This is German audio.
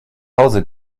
hause